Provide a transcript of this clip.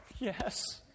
yes